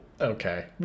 Okay